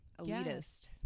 elitist